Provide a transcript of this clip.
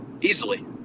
easily